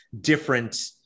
different